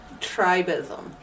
tribism